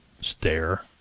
stare